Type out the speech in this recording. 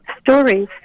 stories